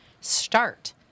start